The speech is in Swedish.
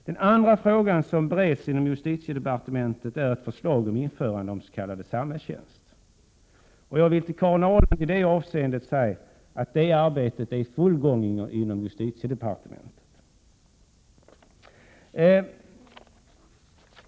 Den andra fråga som bereds inom justitiedepartementet är ett förslag om införande av s.k. samhällstjänst. Jag vill till Karin Ahrland i det avseendet säga att det arbetet är i full gång inom justitiedepartementet.